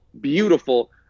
beautiful